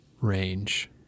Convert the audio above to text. range